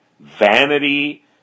Vanity